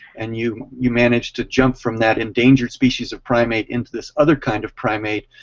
and you you manage to jump from that endangered species of primate into this other kind of primate,